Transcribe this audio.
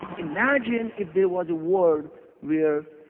imagine if there was a world where